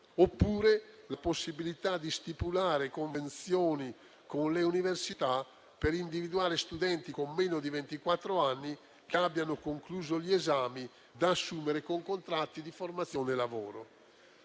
oppure la possibilità di stipulare convenzioni con le università per individuare studenti con meno di ventiquattro anni, che abbiano concluso gli esami, da assumere con contratti di formazione e lavoro.